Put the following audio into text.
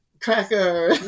Cracker